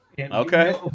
Okay